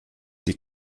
die